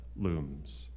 looms